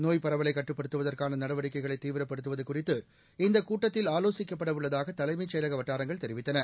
நோய்ப் பரவலை கட்டுப்படுத்துவதற்கான நடவடிக்கைகளை தீவிரப்படுத்துவது குறித்து இந்தக் கூட்டத்தில் ஆலோசிக்கப்படவுள்ளதாக தலைமைச் செயலக வட்டாரங்கள் தெரிவித்தன